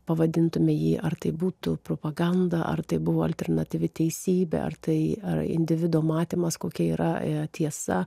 pavadintume jį ar tai būtų propaganda ar tai buvo alternatyvi teisybė ar tai ar individo matymas kokia yra tiesa